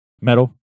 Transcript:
Metal